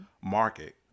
market